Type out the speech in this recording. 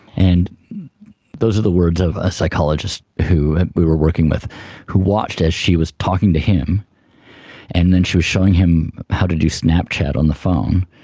and those are the words of a psychologist who we were working with who watched as she was talking to him and then she was showing him how to do snapchat on the phone,